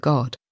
God